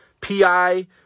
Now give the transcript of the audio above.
PI